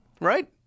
right